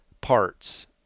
parts